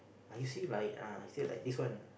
I see like ah I said like this one